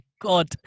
God